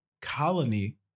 colony